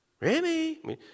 remy